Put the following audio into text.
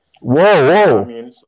Whoa